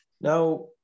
Now